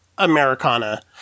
americana